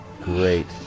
great